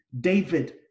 David